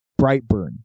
Brightburn